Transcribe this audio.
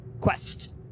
quest